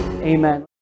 amen